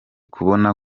kubona